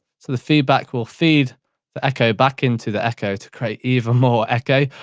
so the feedback will feed the echo back into the echo to create even more echo.